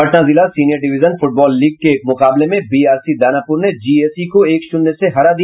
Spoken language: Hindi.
पटना जिला सीनियर डिविजन फुटबॉल लिग के एक मुकाबले में बीआरसी दानापुर ने जीएसी को एक शून्य से हरा दिया